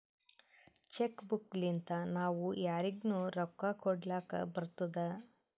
check book ಲಿಂತಾ ನಾವೂ ಯಾರಿಗ್ನು ರೊಕ್ಕಾ ಕೊಡ್ಲಾಕ್ ಬರ್ತುದ್